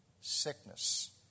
sickness